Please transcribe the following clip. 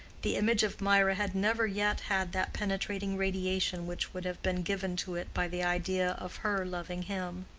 the image of mirah had never yet had that penetrating radiation which would have been given to it by the idea of her loving him.